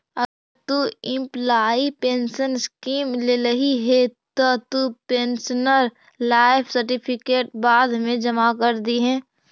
अगर तु employee pension scheme लेल्ही हे त तु पेंशनर लाइफ सर्टिफिकेट बाद मे जमा कर दिहें